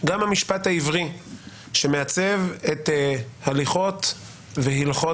גם המשפט העברי שמעצב את הליכות והלכות